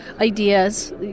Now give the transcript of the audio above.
ideas